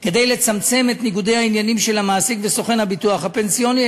כדי לצמצם את ניגודי העניינים של המעסיק וסוכן הביטוח הפנסיוני,